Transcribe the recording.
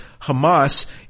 Hamas